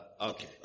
Okay